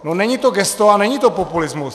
No není to gesto a není to populismus.